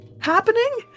happening